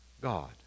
God